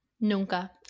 Nunca